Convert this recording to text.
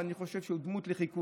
ואני חושב שהוא דמות לחיקוי.